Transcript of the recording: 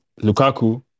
Lukaku